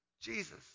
Jesus